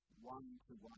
one-to-one